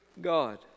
God